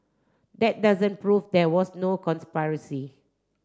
that doesn't prove there was no conspiracy